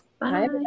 Bye